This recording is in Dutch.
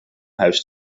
huis